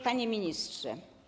Panie Ministrze!